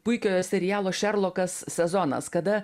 puikiojo serialo šerlokas sezonas kada